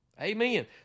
Amen